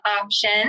option